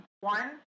One